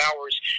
hours